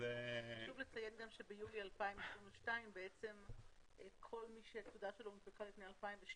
חשוב לציין גם שביולי 2022 בעצם כל מי שהתעודה שלו הונפקה לפני 2012